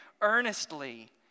earnestly